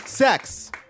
Sex